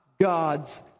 God's